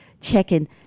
checking